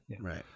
Right